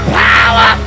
power